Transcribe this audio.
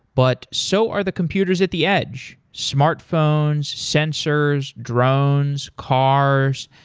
but so are the computers at the edge smartphones sensors, drones, cars.